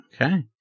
Okay